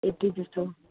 एट्टीजस्तो